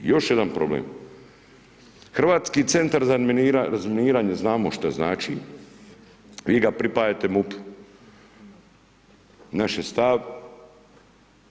I još jedan problem, Hrvatski centar za razminiranje, znamo što znači, vi ga pripajate MUP-u.